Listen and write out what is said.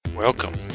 Welcome